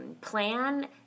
plan